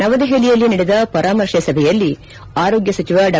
ನವದೆಹಲಿಯಲ್ಲಿ ನಡೆದ ಪರಾಮರ್ಶೆ ಸಭೆಯಲ್ಲಿ ಆರೋಗ್ಯ ಸಚಿವ ಡಾ